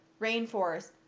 rainforest